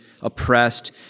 oppressed